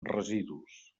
residus